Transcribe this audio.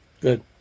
Good